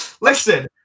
Listen